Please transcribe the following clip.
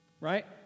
right